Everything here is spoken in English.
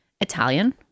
italian